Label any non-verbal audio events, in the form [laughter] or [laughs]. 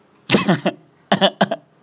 [laughs]